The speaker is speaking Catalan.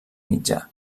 mitjà